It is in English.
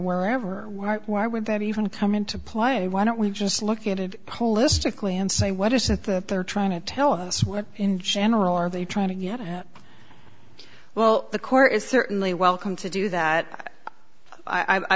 wherever why would that even come into play why don't we just look at it holistically and say what is it that they're trying to tell us what in general are they trying to get well the court is certainly welcome to do that i